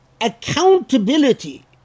accountability